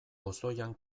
pozoian